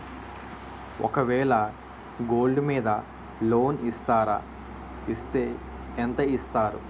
ఒక వేల గోల్డ్ మీద లోన్ ఇస్తారా? ఇస్తే ఎంత ఇస్తారు?